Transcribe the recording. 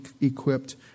equipped